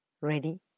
ready